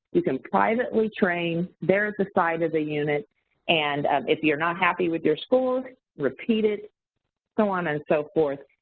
you can privately train there at the site of the unit and and if you're not happy with your score, repeat it so on and so forth.